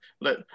let